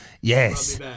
yes